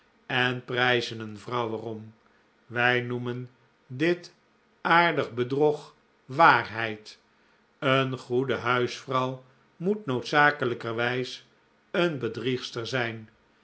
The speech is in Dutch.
en prijzen een vrouw er om wij noemen dit aardig bedrog waarheid een goede huisvrouw moet noodzakelijkerwijs een bedriegster zijn